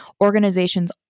organizations